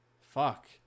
Fuck